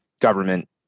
government